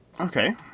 Okay